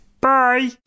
Bye